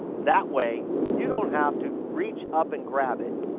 that way, you don't have to reach up and grab it.